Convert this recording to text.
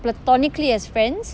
platonically as friends